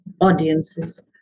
audiences